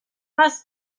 must